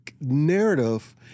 narrative